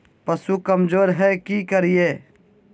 पशु कमज़ोर है कि करिये?